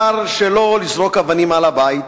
בחר שלא לזרוק אבנים על הבית.